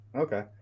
Okay